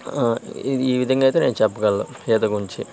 ఆ ఇది ఈ విధంగానయితే నేను చెప్పగలను ఈత గురించి